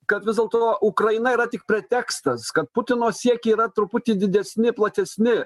kad vis dėlto ukraina yra tik pretekstas kad putino siekiai yra truputį didesni platesni